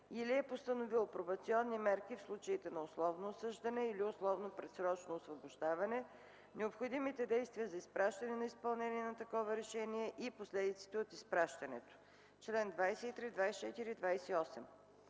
или е постановил пробационни мерки в случаите на условно осъждане или условно предсрочно освобождаване, необходимите действия за изпращане за изпълнение на такова решение и последиците от изпращането (чл. 23, 24 и 28).